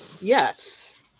Yes